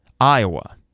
Iowa